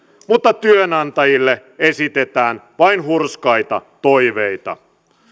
mutta työnantajille esitetään vain hurskaita toiveita